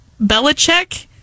Belichick